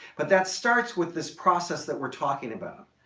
but that starts with this process that we're talking about.